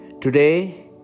Today